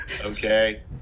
okay